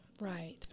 Right